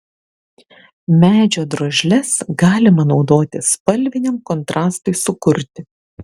medžio drožles galima naudoti spalviniam kontrastui sukurti